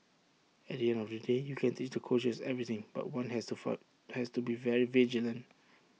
at the end of the day you can teach the coaches everything but one has to be fund has to be very vigilant